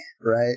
right